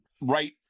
Right